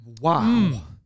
Wow